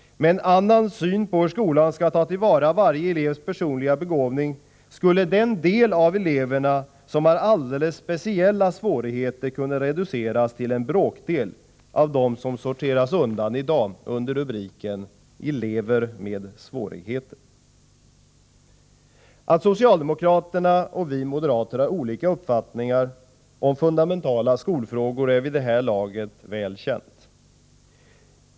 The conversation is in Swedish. Med en annan syn på hur skolan skall ta till vara varje elevs personliga begåvning skulle den andel av eleverna som har alldeles speciella svårigheter kunna reduceras till en bråkdel av dem som i dag sorteras undan under rubriken elever med svårigheter. Att socialdemokraterna och vi moderater har olika uppfattningar om fundamentala skolfrågor är vid det här laget väl känt.